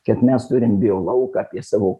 kad mes turim bio lauką apie savo